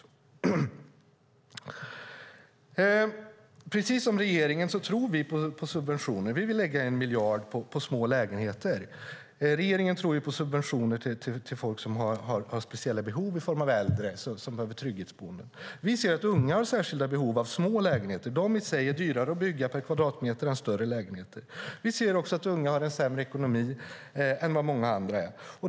Vi tror, precis som regeringen, på subventioner. Vi vill lägga en miljard på små lägenheter. Regeringen tror på subventioner till folk som har speciella behov, till exempel äldre som behöver trygghetsboenden. Vi ser att unga har särskilda behov av små lägenheter, och de är dyrare att bygga per kvadratmeter än större lägenheter. Vi ser också att unga har en sämre ekonomi än vad många andra har.